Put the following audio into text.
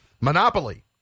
Monopoly